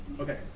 Okay